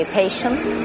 patients